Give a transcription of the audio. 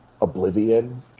Oblivion